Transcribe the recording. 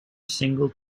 singles